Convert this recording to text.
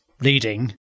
leading